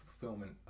fulfillment